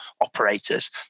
operators